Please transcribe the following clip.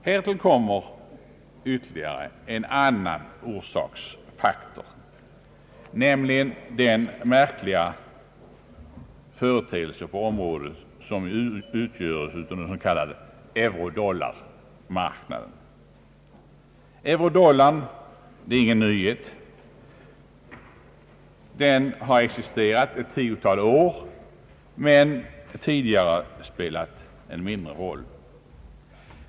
Härtill kommer en annan orsaksfaktor, nämligen den märkliga företeelse på området som utgörs av den s.k. curodollarn. Eurodollarn är ingen nyhet, den har existerat ett tiotal år men tidigare spelat en mindre roll.